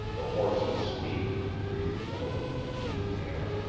the horses steamed and breathed heavily in the keen air.